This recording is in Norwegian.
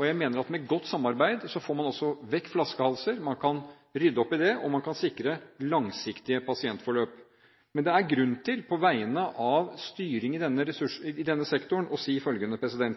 Jeg mener at med godt samarbeid får man vekk flaskehalser, man kan rydde opp, og man kan sikre langsiktige pasientforløp. Men det er grunn til på vegne av styring i denne sektoren å si følgende: